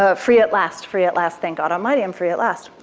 ah free at last! free at last! thank god almighty, i'm free at last!